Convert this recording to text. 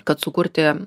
kad sukurti